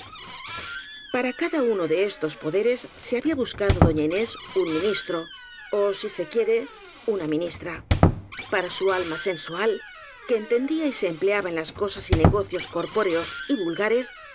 para cada uno de estos poderes se había busca do doña inés un ministro ó si se quiere una mi nistra para su alma sensual que entendía y se em pleaba en las cosas y negocios corpóreos y vulga